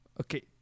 okay